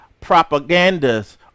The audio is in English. propagandas